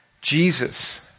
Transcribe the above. Jesus